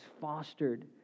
fostered